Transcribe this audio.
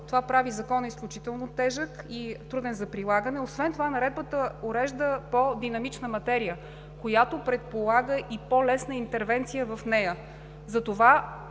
Това прави Закона изключително тежък и труден за прилагане. Освен това Наредбата урежда по-динамична материя, която предполага и по-лесна интервенция в нея. Затова